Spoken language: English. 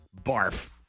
barf